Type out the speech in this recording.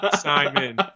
Simon